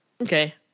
Okay